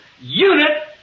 unit